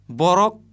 borok